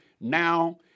now